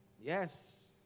yes